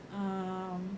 um